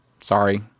Sorry